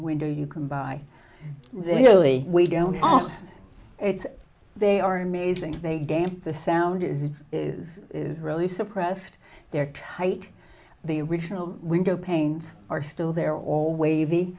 window you can buy really we don't it's they are amazing they game the sound is it is really suppressed they're tight the original window panes are still there all